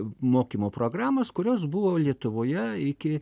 mokymo programos kurios buvo lietuvoje iki